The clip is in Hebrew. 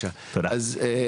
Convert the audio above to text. תודה רבה.